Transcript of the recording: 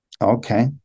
Okay